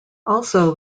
also